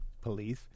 police